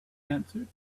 answered